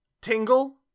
tingle